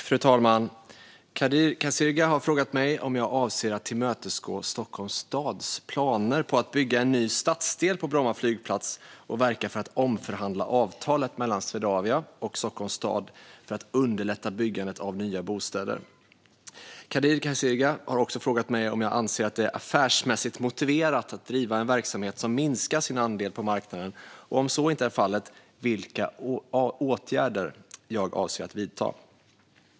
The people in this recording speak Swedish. Fru talman! Kadir Kasirga har frågat mig om jag avser att tillmötesgå Stockholms stads planer på att bygga en ny stadsdel på Bromma flygplats och verka för att omförhandla avtalet mellan Swedavia och Stockholms stad för att underlätta byggandet av nya bostäder. Kadir Kasirga har också frågat mig om jag anser att det är affärsmässigt motiverat att driva en verksamhet som minskar sin andel på marknaden och, om så inte är fallet, vilka åtgärder jag avser att vidta.